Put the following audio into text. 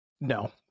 No